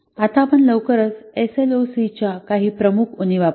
आता आपण लवकरच एसएलओसीच्या काही प्रमुख उणीवा पाहू